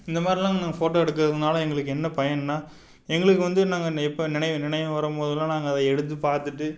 இந்தமாதிரில்லாம் நாங்கள் ஃபோட்டோ எடுக்கிறதுனால எங்களுக்கு என்ன பயன்னால் எங்களுக்கு வந்து நாங்கள் எப்போ நினை நினைவு வரும்போதெல்லாம் நாங்கள் அதை எடுத்து பார்த்துட்டு